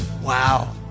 Wow